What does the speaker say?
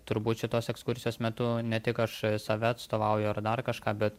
turbūt šitos ekskursijos metu ne tik aš save atstovauju ar dar kažką bet